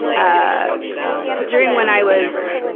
ah during when i was